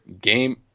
game